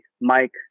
mike